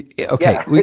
Okay